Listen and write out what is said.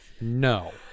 No